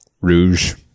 Rouge